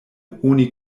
oni